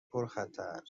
پرخطر